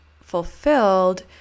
fulfilled